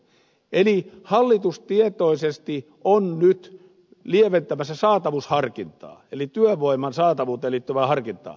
eli hallitus tietoisesti on nyt lieventämässä saatavuusharkintaa eli työvoiman saatavuuteen liittyvää harkintaa